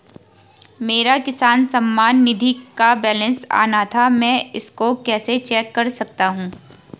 मेरा किसान सम्मान निधि का बैलेंस आना था मैं इसको कैसे चेक कर सकता हूँ?